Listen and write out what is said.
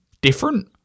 different